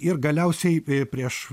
ir galiausiai prieš